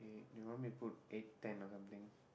e~ you want me to put eight ten or something